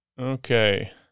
Okay